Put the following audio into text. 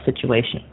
situation